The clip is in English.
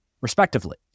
respectively